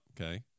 okay